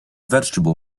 vegetable